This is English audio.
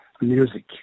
music